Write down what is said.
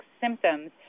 symptoms